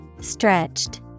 Stretched